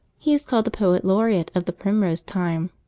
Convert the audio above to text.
he is called the poet-laureate of the primrose time,